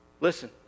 Listen